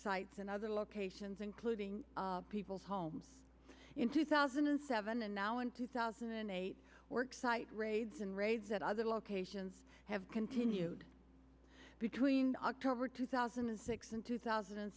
sites and other locations including people's homes in two thousand and seven and now in two thousand and eight work site raids and raids at other locations have continued between october two thousand and six and two thousand and